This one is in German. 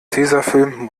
tesafilm